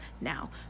now